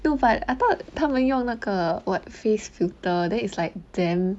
though but I thought 他们用那个 what face filter then it's like damn